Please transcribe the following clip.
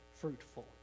fruitful